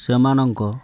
ସେମାନଙ୍କ